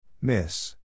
Miss